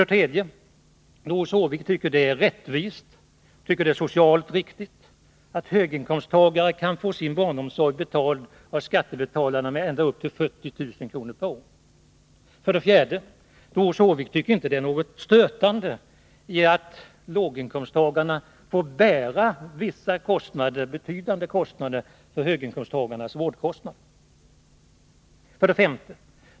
Doris Håvik tycker att det är rättvist eller socialt riktigt att höginkomsttagare kan få sin barnomsorg subventionerad av skattebetalarna med ända upp till 40 000 kr. per år. 4. Doris Håvik tycker inte att det är något stötande i att låginkomsttagarna får ta på sig betydande delar av höginkomsttagarnas vårdkostnader. 5.